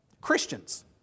Christians